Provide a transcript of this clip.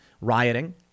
rioting